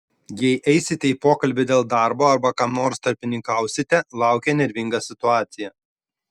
jei eisite į pokalbį dėl darbo arba kam nors tarpininkausite laukia nervinga situacija